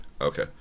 Okay